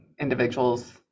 individuals